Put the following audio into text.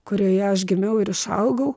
kurioje aš gimiau ir išaugau